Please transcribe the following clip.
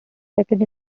second